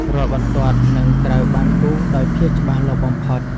រាល់បន្ទាត់នឹងត្រូវបានគូសដោយភាពច្បាស់លាស់បំផុត។